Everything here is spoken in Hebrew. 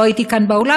לא הייתי כאן באולם,